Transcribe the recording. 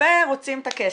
ורוצים את הכסף.